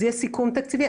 יש סיכום תקציבי,